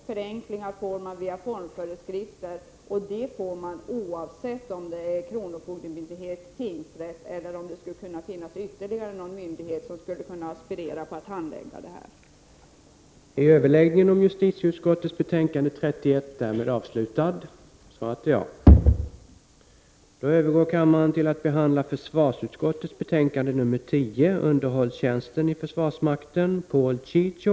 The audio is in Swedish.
Förenklingarna får man via formföreskrifter; det får man oavsett om det är kronofogdemyndighet, tingsrätt eller någon annan myndighet som skulle kunna aspirera på att handlägga dessa ärenden.